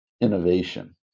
innovation